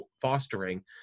fostering